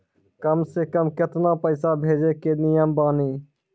कम से कम केतना पैसा भेजै के नियम बानी?